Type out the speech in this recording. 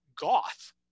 goth